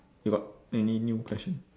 you got any new question